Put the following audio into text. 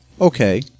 Okay